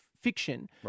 fiction